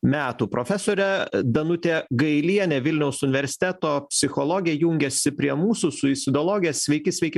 metų profesorė danutė gailienė vilniaus universiteto psichologė jungiasi prie mūsų suicidologė sveiki sveiki